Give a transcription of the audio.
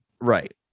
Right